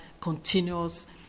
continuous